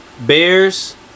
Bears